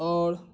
اور